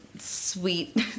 sweet